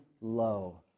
low